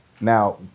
now